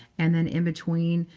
and then in between,